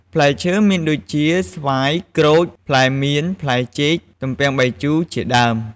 ផ្លែឈើមានដូចជា ស្វាយ ក្រូច ផ្លែមៀន ផ្លែចេក ទំពាំងបាយជូរ ជាដើម។